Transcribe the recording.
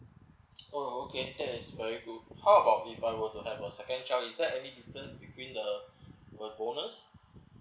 oh okay that is very good how about if I will to have a second child is that any difference between the the bonus